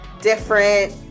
different